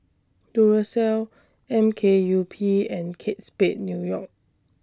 Duracell M K U P and Kate Spade New York